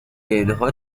اینها